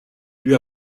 lui